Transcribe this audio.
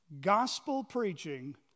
gospel-preaching